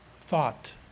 thought